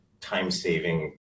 time-saving